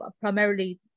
primarily